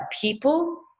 people